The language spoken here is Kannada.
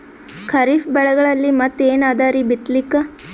ಖರೀಫ್ ಬೆಳೆಗಳಲ್ಲಿ ಮತ್ ಏನ್ ಅದರೀ ಬಿತ್ತಲಿಕ್?